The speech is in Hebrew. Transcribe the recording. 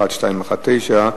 שאילתא 1219,